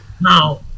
Now